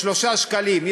3 שקלים,